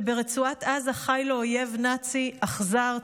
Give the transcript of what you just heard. שברצועת עזה חי לו אויב נאצי אכזר,